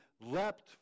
leapt